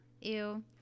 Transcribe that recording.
Ew